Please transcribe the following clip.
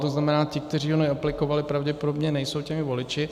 To znamená, ti, kteří ho neaplikovali, pravděpodobně nejsou těmi voliči.